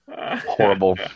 Horrible